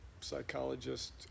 psychologist